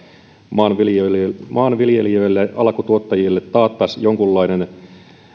maanviljelijöille maanviljelijöille alkutuottajille taattaisiin jonkunlainen